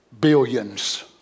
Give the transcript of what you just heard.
billions